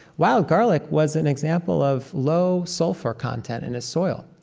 wild garlic was an example of low sulfur content in his soil.